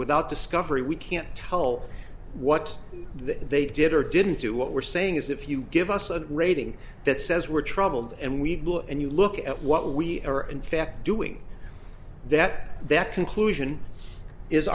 without discovery we can't tell what they did or didn't do what we're saying is if you give us a rating that says we're troubled and we go and you look at what we are in fact doing that that conclusion is